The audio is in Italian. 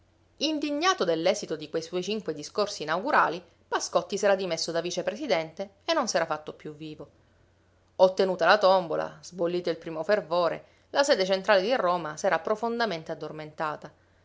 indignato dell'esito di quei suoi cinque discorsi inaugurali pascotti s'era dimesso da vicepresidente e non s'era fatto più vivo ottenuta la tombola sbollito il primo fervore la sede centrale di roma s'era profondamente addormentata